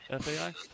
FAI